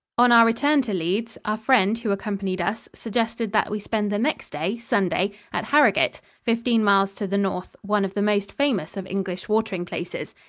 on our return to leeds, our friend who accompanied us suggested that we spend the next day, sunday, at harrogate, fifteen miles to the north, one of the most famous of english watering places.